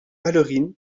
ballerine